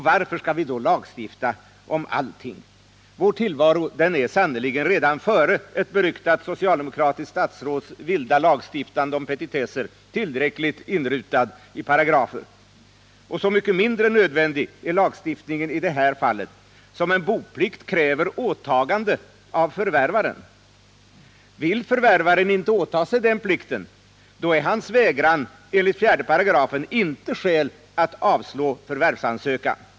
Varför skall vi då lagstifta om allt — vår tillvaro är sannerligen redan före ett beryktat socialdemokratiskt statsråds vilda lagstiftande om petitesser tillräckligt inrutad i paragrafer — och så mycket mindre nödvändig är lagstiftningen i det här fallet som en boplikt kräver åtagande av förvärvaren. Vill förvärvaren inte åta sig den plikten, är hans vägran enligt 4 § inte skäl att avslå förvärvsansökan.